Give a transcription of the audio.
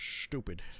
stupid